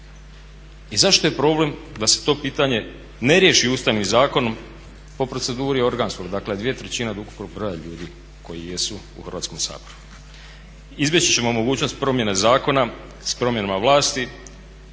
I zašto je problem da se to pitanje ne riješi Ustavnim zakonom po proceduri organskog, dakle dvije trećine od ukupnog broja ljudi koji jesu u Hrvatskom saboru. Izbjeći ćemo mogućnost promjene zakona sa promjenama vlasti.